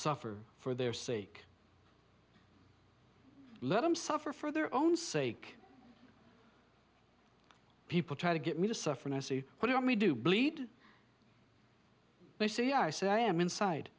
suffer for their sake let them suffer for their own sake people try to get me to suffer and i see what you are me do bleed me see i say i am inside